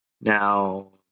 Now